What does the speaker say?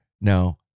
Now